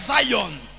Zion